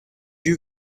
you